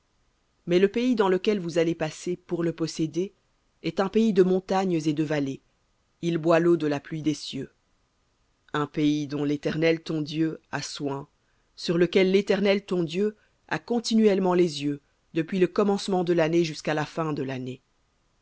mais le pays dans lequel vous allez passer pour le posséder est un pays de montagnes et de vallées il boit l'eau de la pluie des cieux un pays dont l'éternel ton dieu a soin sur lequel l'éternel ton dieu a continuellement les yeux depuis le commencement de l'année jusqu'à la fin de l'année